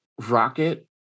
Rocket